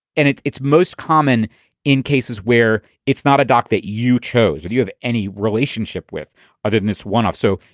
and it's it's most common in cases where it's not a doc that you chose. do you have any relationship with other than this one off? so.